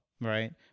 right